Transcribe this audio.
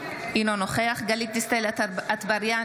אינו נוכח גלית דיסטל אטבריאן,